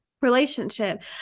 relationship